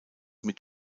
mit